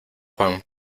juan